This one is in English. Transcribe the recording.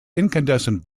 incandescent